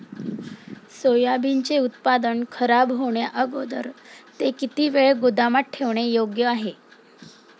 सोयाबीनचे उत्पादन खराब होण्याअगोदर ते किती वेळ गोदामात ठेवणे योग्य आहे?